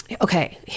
okay